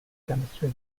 chemistry